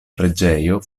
preĝejo